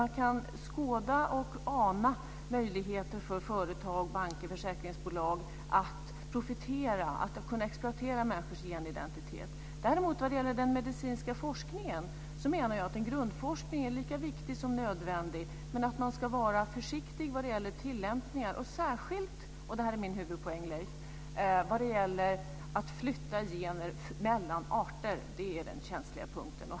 Man kan ana möjligheter för företag, banker och försäkringsbolag att profitera, att kunna exploatera människors genidentitet. Vad gäller den medicinska forskningen menar jag att en grundforskning är lika viktig som nödvändig men att man ska vara försiktig vad gäller tillämpningar. Man ska särskilt vara det, och det här är min huvudpoäng Leif, när det gäller att flytta gener mellan arter. Det är den känsliga punkten.